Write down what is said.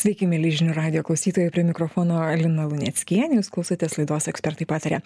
sveiki mieli žinių radijo klausytojai prie mikrofono lina luneckienė jūs klausotės laidos ekspertai pataria